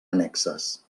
annexes